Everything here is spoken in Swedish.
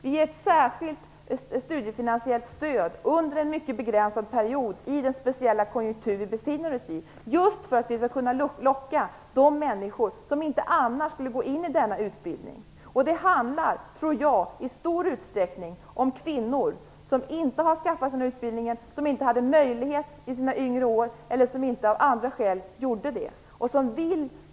Vi ger ett särskilt studiefinansiellt stöd under en mycket begränsad period i den speciella konjunktur som vi befinner oss i. Detta gör vi för att locka människor till en utbildning som de annars inte skulle gå in i. Jag tror att det i stor utsträckning handlar om kvinnor som inte har skaffat sig någon utbildning, som inte hade någon möjlighet till det när de var yngre eller som inte gjorde det av andra skäl.